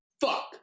fuck